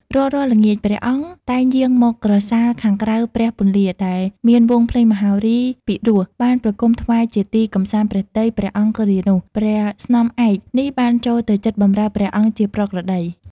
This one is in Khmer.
រាល់ៗ ល្ងាច ព្រះអង្គតែងយាងមកក្រសាលខាងក្រៅព្រះពន្លា ដែលមានវង់ភ្លេងមហោរីពីរោះ បានប្រគំុថ្វាយជាទីកម្សាន្តព្រះទ័យព្រះអង្គគ្រានោះ ព្រះស្នំឯកនេះបានចូលទៅជិតបម្រើព្រះអង្គជាប្រក្រតី ។